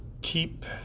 keep